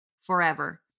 forever